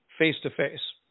face-to-face